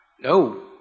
No